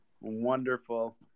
Wonderful